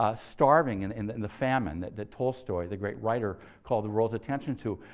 ah starving and in the in the famine that that tolstoy, the great writer, called the world's attention to.